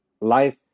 life